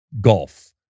golf